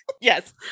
Yes